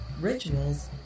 rituals